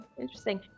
Interesting